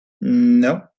No